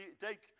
take